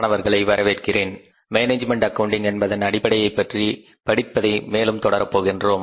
மாணவர்களை வரவேற்கிறேன் management accounting என்பதன் அடிப்படையைப் பற்றி படிப்பதை மேலும் தொடர போகின்றோம்